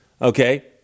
Okay